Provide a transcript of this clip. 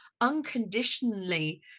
unconditionally